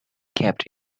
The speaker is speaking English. kept